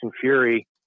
Fury